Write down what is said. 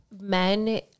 Men